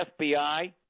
FBI